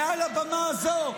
מעל הבמה הזו,